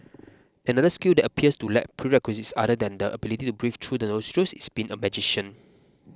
another skill that appears to lack prerequisites other than the ability to breathe through the nostrils is being a magician